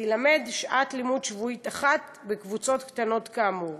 תילמד שעת לימוד שבועית אחת בקבוצות קטנות כאמור